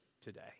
today